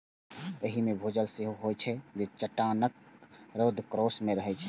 एहि मे भूजल सेहो होइत छै, जे चट्टानक रंध्रकोश मे रहै छै